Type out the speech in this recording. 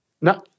No